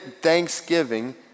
thanksgiving